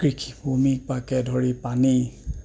কৃষিভূমিকে ধৰি পানী